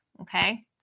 okay